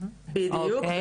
בדיוק.